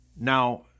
Now